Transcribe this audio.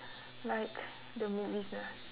like the movies ah